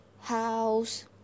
house